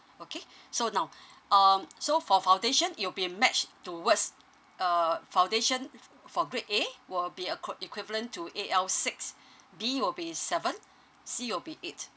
okay so now um so for foundation it'll be matched towards uh foundation for grade A will be aqui~ equivalent to A_L six B will be seven C will be eight